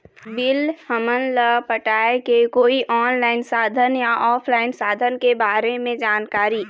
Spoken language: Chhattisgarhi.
बिल हमन ला पटाए के कोई ऑनलाइन साधन या ऑफलाइन साधन के बारे मे जानकारी?